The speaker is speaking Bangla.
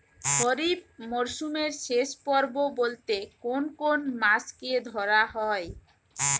খরিপ মরসুমের শেষ পর্ব বলতে কোন কোন মাস কে ধরা হয়?